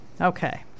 Okay